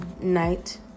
night